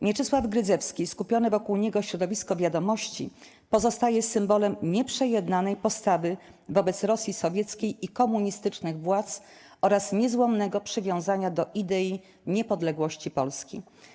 Mieczysław Grydzewski i skupione wokół niego środowisko 'Wiadomości' pozostaje symbolem nieprzejednanej postawy wobec Rosji Sowieckiej i komunistycznych władz oraz niezłomnego przywiązania do idei niepodległości Polski.